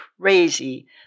crazy